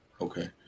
Okay